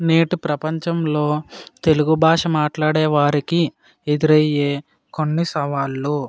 నేటి ప్రపంచంలో తెలుగు భాష మాట్లాడేవారికి ఎదురయ్యే కొన్ని సవాళ్ళు